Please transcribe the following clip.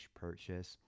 purchase